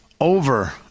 Over